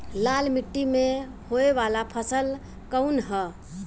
लाल मीट्टी में होए वाला फसल कउन ह?